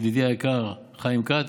ידידי היקר חיים כץ,